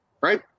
right